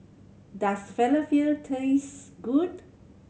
does Falafel taste good